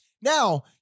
Now